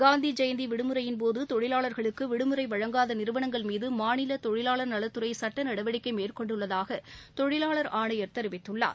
காந்தி ஜெயந்தி விடுமுறையின் போது தொழிலாளர்களுக்கு விடுமுறை வழங்காத நிறுவனங்கள் மீது மாநில தொழிவாளர் நலத்துறை சட்ட நடவடிக்கை மேற்கொண்டுள்ளதாக தொழிவாளர் ஆணையர் தெரிவித்துள்ளார்